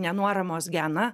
nenuoramos geną